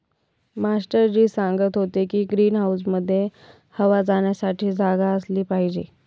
master ji सांगत होते की ग्रीन हाऊसमध्ये हवा जाण्यासाठी जागा असली पाहिजे